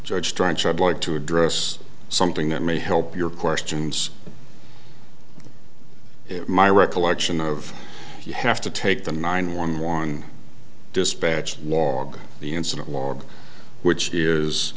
judge drench i'd like to address something that may help your questions my recollection of you have to take the nine one one dispatch log the incident log which is